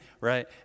right